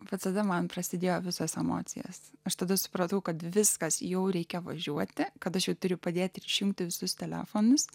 bet tada man prasidėjo visas emocijas aš tada supratau kad viskas jau reikia važiuoti kad aš jau turiu padėti ir išjungti visus telefonus